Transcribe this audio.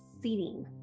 seating